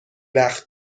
وقت